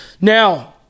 now